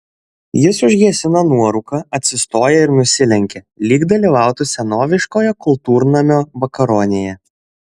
jis užgesina nuorūką atsistoja ir nusilenkia lyg dalyvautų senoviškoje kultūrnamio vakaronėje